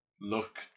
look